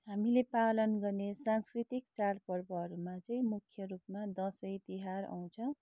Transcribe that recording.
हामीले पालन गर्ने सांस्कृतिक चाड पर्वहरूमा चाहिँ मुख्य रूपमा दसैँ तिहार आउँछ